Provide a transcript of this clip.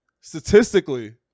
Statistically